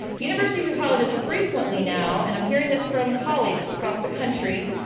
universities and colleges frequently now, and i'm hearing this from colleagues across the country,